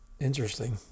Interesting